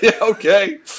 Okay